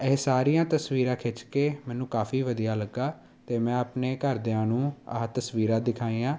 ਇਹ ਸਾਰੀਆਂ ਤਸਵੀਰਾਂ ਖਿੱਚ ਕੇ ਮੈਨੂੰ ਕਾਫ਼ੀ ਵਧੀਆ ਲੱਗਾ ਅਤੇ ਮੈਂ ਆਪਣੇ ਘਰਦਿਆਂ ਨੂੰ ਇਹ ਤਸਵੀਰਾਂ ਦਿਖਾਈਆਂ